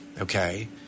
Okay